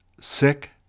sick